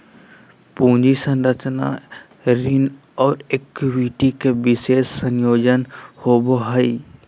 पूंजी संरचना ऋण और इक्विटी के विशेष संयोजन होवो हइ